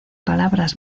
palabras